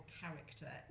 character